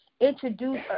introduce